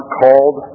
called